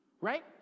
right